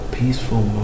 peaceful